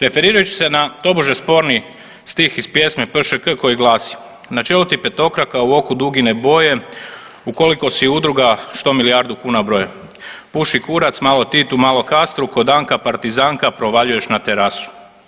Referirajući se na tobože sporni stih iz pjesme PŠK koji glasi: Na čelu ti petokraka, u oku dugine boje, ukoliko si udruga što milijardu kuna broje, puši kurac malo Titu, malo Kastru, ko Danka partizanka provaljuješ na terasu.